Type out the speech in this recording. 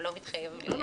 הוא לא מתחייב --- לא,